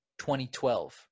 2012